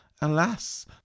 alas